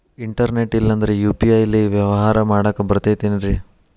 Internet ಇಲ್ಲಂದ್ರ UPI ಲೇ ವ್ಯವಹಾರ ಮಾಡಾಕ ಬರತೈತೇನ್ರೇ?